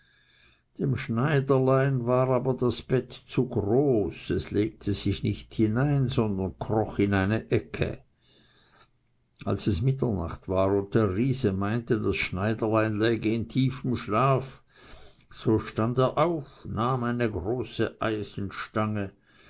dem schneiderlein war aber das bett zu groß er legte sich nicht hinein sondern kroch in eine ecke als es mitternacht war und der riese meinte das schneiderlein läge in tiefem schlafe so stand er auf nahm eine große